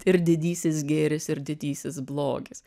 ir didysis gėris ir didysis blogis